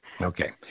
Okay